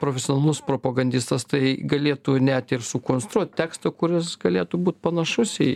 profesionalus propagandistas tai galėtų net ir sukonstruot teksto kuris galėtų būt panašus į